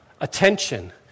Attention